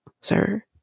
sir